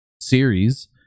series